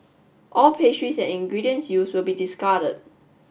all pastries ingredients use will be discarded